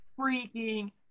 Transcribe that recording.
freaking